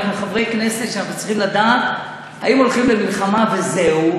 אנחנו חברי כנסת ואנחנו צריכים לדעת אם הולכים למלחמה וזהו,